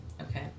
Okay